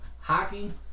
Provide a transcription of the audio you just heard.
hockey